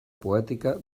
poètica